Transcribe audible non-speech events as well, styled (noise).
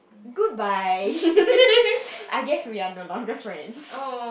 goodbye (laughs) I guess we are no longer friends